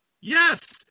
Yes